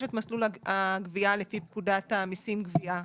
יש את מסלול הגבייה לפי פקודת המיסים (גבייה).